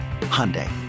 Hyundai